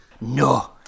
No